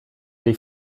dei